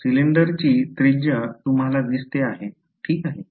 तर सिलिंडरची त्रिज्या तुम्हाला दिसते आहे हे ठीक आहे